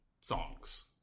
songs